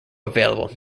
available